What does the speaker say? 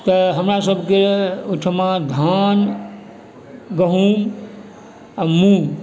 तऽ हमरा सभके ओहिठाम धान गहुम आओर मूङ्ग